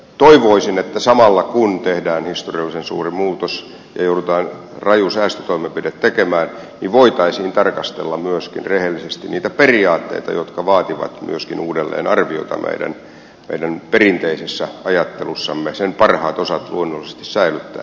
toivoisin että samalla kun tehdään historiallisen suuri muutos ja joudutaan raju säästötoimenpide tekemään voitaisiin tarkastella myöskin rehellisesti niitä periaatteita jotka vaativat myöskin uudelleenarvioita meidän perinteisessä ajattelussamme sen parhaat osat luonnollisesti säilyttäen